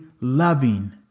loving